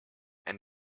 and